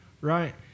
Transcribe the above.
right